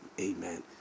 Amen